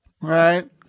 right